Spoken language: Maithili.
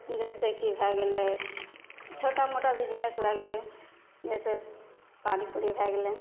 जइसेकि भै गेलै छोटा मोटा बिजनेस भै गेलै जइसे पानीपूड़ी भै गेलै